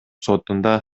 сотунда